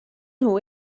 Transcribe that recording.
nhw